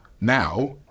Now